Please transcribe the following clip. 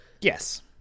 Yes